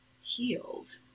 healed